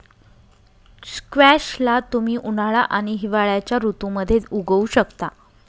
squash ला तुम्ही उन्हाळा आणि हिवाळ्याच्या ऋतूमध्ये उगवु शकता